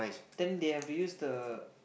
then they have to use the